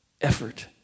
effort